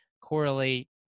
correlate